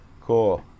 cool